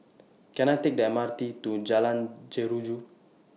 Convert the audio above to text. Can I Take The M R T to in Jalan Jeruju